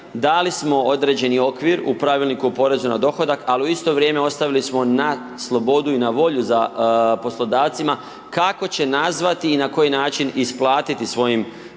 dali smo određeni okvir u Pravilniku o porezu na dohodak, ali u isto vrijeme ostavili smo na slobodu i na volju poslodavcima kako će nazvati i na koji način isplatiti svojim